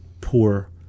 poor